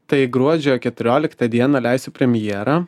tai gruodžio keturioliktą dieną leisiu premjera